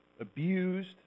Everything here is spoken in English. abused